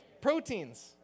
Proteins